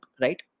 right